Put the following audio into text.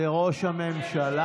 תודה רבה לראש הממשלה.